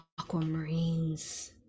aquamarines